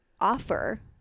offer